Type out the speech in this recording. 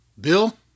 Bill